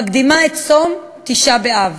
מקדימה את צום תשעה באב.